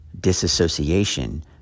disassociation